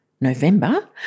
November